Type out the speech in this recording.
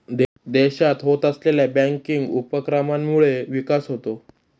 देशात होत असलेल्या बँकिंग उपक्रमांमुळे विकास होतो